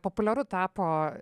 populiaru tapo